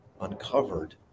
uncovered